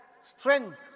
strength